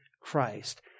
Christ